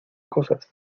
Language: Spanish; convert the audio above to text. cosas